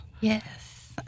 Yes